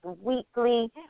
weekly